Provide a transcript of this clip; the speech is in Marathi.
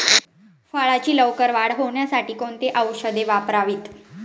फळाची लवकर वाढ होण्यासाठी कोणती औषधे वापरावीत?